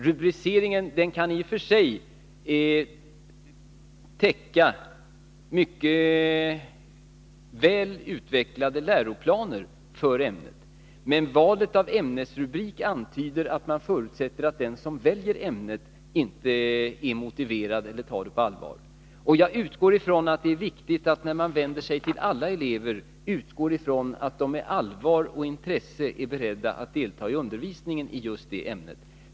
Rubriceringen kan i och för sig täcka mycket väl utvecklade läroplaner för ämnet, men valet av ämnesrubrik antyder att man förutsätter att den som väljer ämnet inte är motiverad eller tar det på allvar. Jag utgår från att man när man vänder sig till alla elever räknar med att de med allvar och intresse är beredda att delta i undervisningen i just det ämnet.